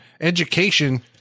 education